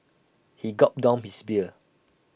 he gulped down his beer